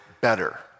better